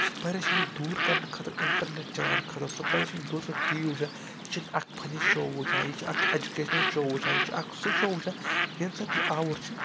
سُہ پریشٲنی دور کرنہٕ خٲطرٕ انٹرنیٹ چلاونہٕ خٲطرٕ سُہ پریشٲنی دور کرنہٕ خٲطرٕ چھِ ٹِی وی وٕچھان یہِ چھِ اَکھ پنٕنۍ شو وٕچھان یہِ چھِ اَکھ ایجوکیشنل شو وٕچھان یہِ چھُ اَکھ سُہ شو وٕچھان ییٚمہِ سۭتۍ یہِ آوُر چھِ